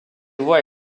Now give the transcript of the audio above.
voies